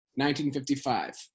1955